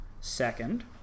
Second